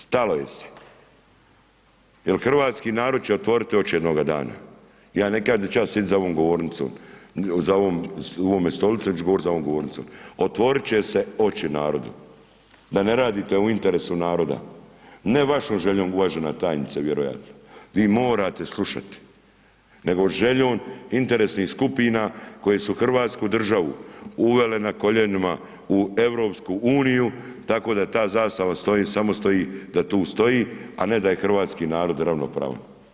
Stalo je se jer hrvatsku narod će otvoriti oči jednoga dana, ja ne kažem da ću ja sjediti za ovom govornicom, za ovom stolicom i da ću govoriti za ovom govornicom, otvorit će se oči narodu, da ne radite u interesu naroda, ne vašom željom uvažena tajnice vjerojatno, vi morate slušati, nego željom interesnih skupina koje su hrvatsku državu uvele na koljenima u EU tako da ta zastava samo stoji da tu stoji a ne da je hrvatski narod ravnopravan.